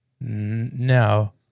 no